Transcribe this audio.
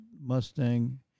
Mustang